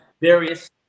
various